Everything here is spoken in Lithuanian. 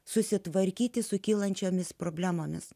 susitvarkyti su kylančiomis problemomis